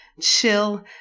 chill